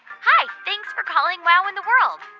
hi. thanks for calling wow in the world.